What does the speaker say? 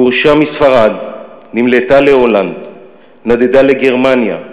גורשה מספרד, נמלטה להולנד, נדדה לגרמניה,